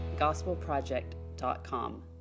gospelproject.com